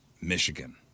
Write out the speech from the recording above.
Michigan